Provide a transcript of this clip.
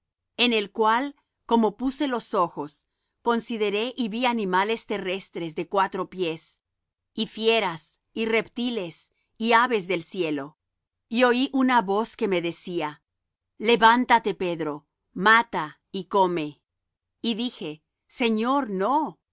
en el cual como puse los ojos consideré y vi animales terrestres de cuatro pies y fieras y reptiles y aves del cielo y oí una voz que me decía levántate pedro mata y come y dije señor no